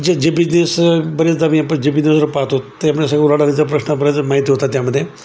जे जे बिजनेस बरेचदा मी आपण जे बिजनेसवर पाहतो तर ते आपण सगळ डानीचा प्रश्न बरेचदा माहिती होता त्यामध्ये